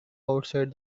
outside